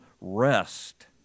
rest